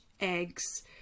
eggs